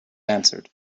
answered